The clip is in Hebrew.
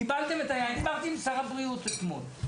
דיברתי עם שר הבריאות אתמול.